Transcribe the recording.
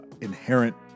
inherent